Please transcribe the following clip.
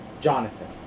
Jonathan